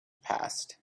passed